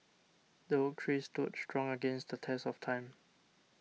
the oak tree stood strong against the test of time